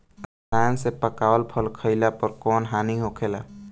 रसायन से पकावल फल खइला पर कौन हानि होखेला?